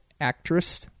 actress